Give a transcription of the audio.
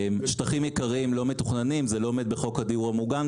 שטחים יקרים ולא מתוכננים זה לא עומד בכלל בחוק הדיור המוגן.